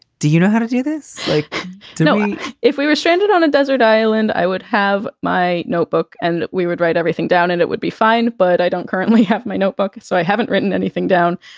do you know how to do this? like to know if we were stranded on a desert island i would have my notebook and we would write everything down and it would be fine. but i don't currently have my notebook, so i haven't written anything down.